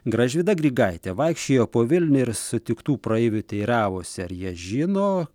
gražvyda grigaitė vaikščiojo po vilnių ir sutiktų praeivių teiravosi ar jie žino